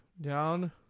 down